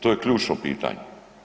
To je ključno pitanje.